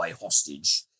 hostage